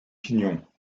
pignon